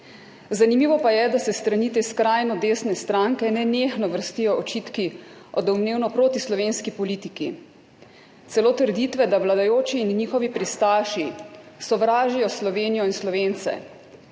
Zanimivo pa je, da se s strani te skrajno desne stranke nenehno vrstijo očitki o domnevno protislovenski politiki, celo trditve, da vladajoči in njihovi pristaši sovražijo Slovenijo in Slovence.